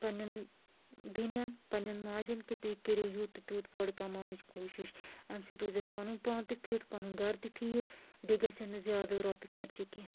پَننیٚن بیٚنیٚن پَننیٚن ماجیٚن کہِ تُہۍ کٔرِو یوٗت تہٕ تیٛوٗت وٲر کَماونٕچۍ کوٗشِش اَمہِ سۭتۍ روزِ اسہِ پَنُن پان تہِ فِٹ پَنُن گھرِ تہِ ٹھیٖک بیٚیہِ گژھیٚن نہٕ زیادٕ رۄپیہِ خرچہٕ کیٚنٛہہ